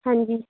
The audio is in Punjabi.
ਹਾਂਜੀ